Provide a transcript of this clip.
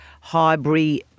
Highbury